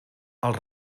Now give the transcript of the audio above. els